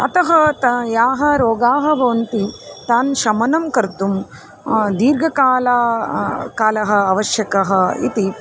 अतः त याः रोगाः भवन्ति तान् शमनं कर्तुं दीर्घकालः कालः आवश्यकः इति